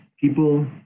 People